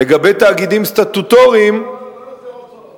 לגבי תאגידים סטטוטוריים, זה לא החזר הוצאות,